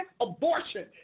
abortion